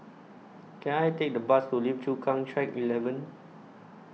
Can I Take A Bus to Lim Chu Kang Track eleven